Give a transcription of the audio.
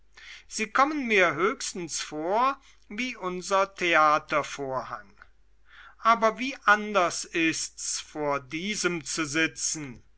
sie kommen mir höchstens vor wie unser theatervorhang aber wie anders ist's vor diesem zu sitzen